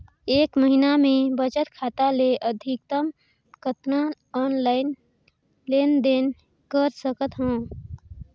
एक महीना मे बचत खाता ले अधिकतम कतना ऑनलाइन लेन देन कर सकत हव?